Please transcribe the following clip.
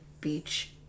Beach